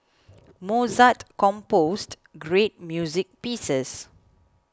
Mozart composed great music pieces